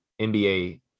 NBA